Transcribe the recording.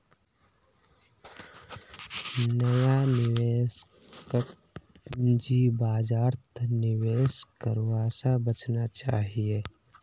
नया निवेशकक पूंजी बाजारत निवेश करवा स बचना चाहिए